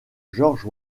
george